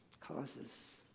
causes